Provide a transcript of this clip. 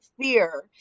fear